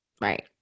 Right